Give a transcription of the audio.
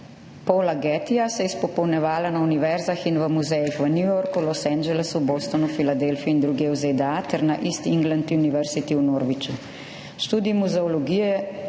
Paula Gettyja se je izpopolnjevala na univerzah in v muzejih v New Yorku, Los Angelesu, Bostonu, Filadelfiji in drugje v ZDA ter na East England University v Norwichu. Študij muzeologije